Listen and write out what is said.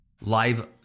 live